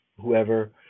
whoever